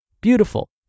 beautiful